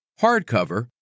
hardcover